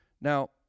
Now